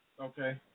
Okay